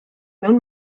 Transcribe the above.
mewn